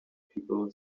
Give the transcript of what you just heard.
people